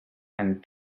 and